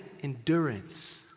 endurance